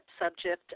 subject